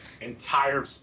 entire